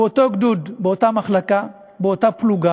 באותו גדוד, באותה מחלקה, באותה פלוגה,